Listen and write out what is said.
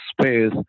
space